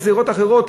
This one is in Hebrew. גזירות אחרות,